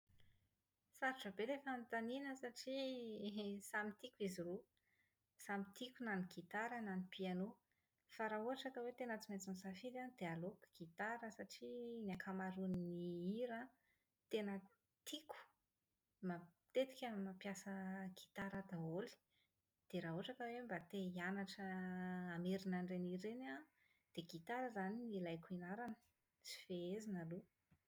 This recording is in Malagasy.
Sarotra be ilay fanontaniana satria samy tiako izy roa. Samy tiako na ny gitara na ny piano. Fa raha ohatra ka hoe tena tsy maintsy misafidy an dia aleoko gitara satria ny ankamaroan'ny hira tena tiako matetika mampiasa gitara daholo. Dia raha ohatra ka hoe mba te-hianatra hamerina an'ireny hira ireny aho, dia gitara izany no ilaiko ianarana sy fehezina aloha.